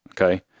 okay